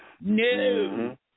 No